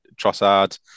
Trossard